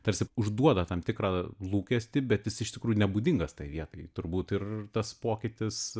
tarsi užduoda tam tikrą lūkestį bet jis iš tikrųjų nebūdingas tai vietai turbūt ir tas pokytis